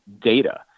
data